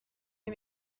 les